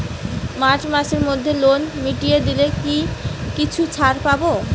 March মাসের মধ্যে loan মিটিয়ে দিলে কি কিছু ছাড় পাব?